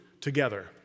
together